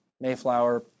Mayflower